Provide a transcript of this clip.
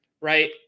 right